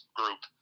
group